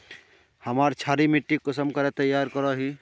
हमार क्षारी मिट्टी कुंसम तैयार करोही?